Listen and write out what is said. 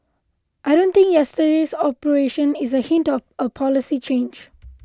I don't think yesterday's operation is a hint of a policy change